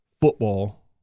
football